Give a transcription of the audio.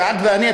שאת ואני,